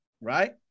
right